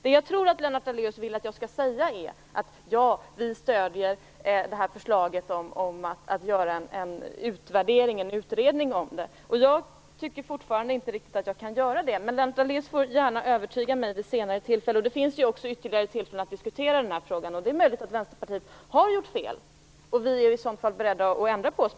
Vad jag tror att Lennart Daléus vill att jag skall säga är att vi stöder förslaget om att göra en utvärdering. Jag tycker fortfarande inte att jag kan säga det, men Lennart Daléus får gärna övertyga mig vid ett senare tillfälle. Det kommer också att bli ytterligare tillfällen att diskutera den här frågan. Det är möjligt att Vänsterpartiet har gjort fel, och vi är i så fall beredda att ändra oss.